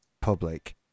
public